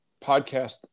podcast